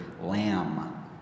lamb